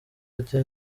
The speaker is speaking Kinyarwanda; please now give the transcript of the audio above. ajya